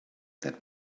that